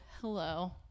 hello